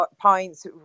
points